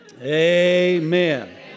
Amen